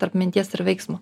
tarp minties ir veiksmo